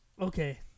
Okay